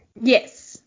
Yes